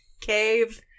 cave